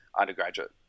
undergraduate